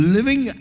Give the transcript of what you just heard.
Living